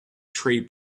tree